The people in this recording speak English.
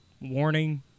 warning